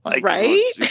Right